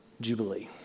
Jubilee